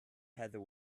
heather